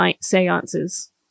seances